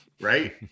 right